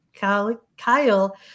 Kyle